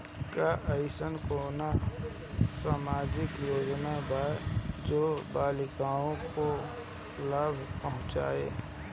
का अइसन कोनो सामाजिक योजना बा जोन बालिकाओं को लाभ पहुँचाए?